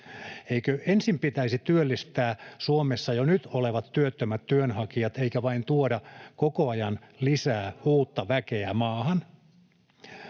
Eikö ensin pitäisi työllistää Suomessa jo nyt olevat työttömät työnhakijat eikä vain tuoda koko ajan lisää uutta väkeä maahan?